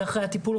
ואחרי הטיפול,